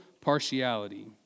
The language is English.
partiality